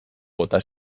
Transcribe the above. bota